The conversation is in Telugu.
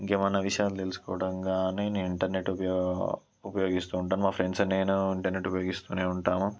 ఇంకేమన్నా విషయాలు తెలుసుకోవడం కాని నేను ఇంటర్నెట్ ఉపయో ఉపయోగిస్తూ ఉంటాను మా ఫ్రెండ్స్ నేను ఇంటర్నెట్ ఉపయోగిస్తూనే ఉంటాము